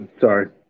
sorry